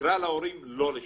נקרא להורים לא לשלם,